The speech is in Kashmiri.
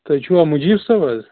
تُہۍ چھُوا مُجیٖب صٲب حظ